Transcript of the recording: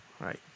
Right